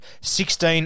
sixteen